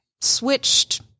switched